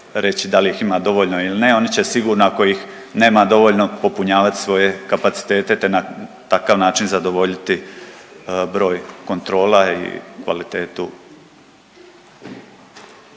da li ih ima dovoljno ili ne. Oni će sigurno ako ih nema dovoljno popunjavati svoje kapacitete, te na takav način zadovoljiti broj kontrola i kvalitetu.